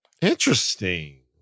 Interesting